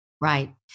Right